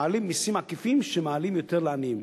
מעלים מסים עקיפים שמעלים יותר לעניים.